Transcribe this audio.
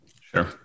Sure